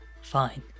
fine